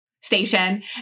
station